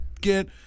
get